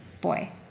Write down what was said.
boy